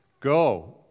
go